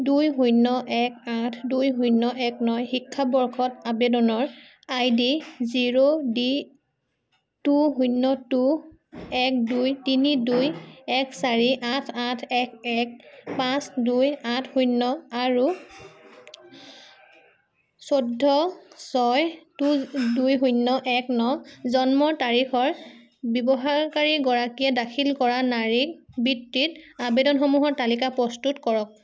দুই শূন্য এক আঠ দুই শূন্য এক ন শিক্ষাবৰ্ষত আৱেদনৰ আইডি জিৰ' ডি টু শূন্য টু এক দুই তিনি দুই এক চাৰি আঠ আঠ এক এক পাঁচ দুই আঠ শূন্য আৰু চৈধ্য ছয় টু দুই শূন্য এক ন জন্মৰ তাৰিখৰ ব্যৱহাৰকাৰীগৰাকীয়ে দাখিল কৰা নাৰী বৃত্তিৰ আৱেদনসমূহৰ তালিকা প্ৰস্তুত কৰক